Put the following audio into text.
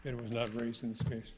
it was not raised in space